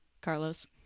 Carlos